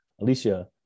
Alicia